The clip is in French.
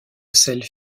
celles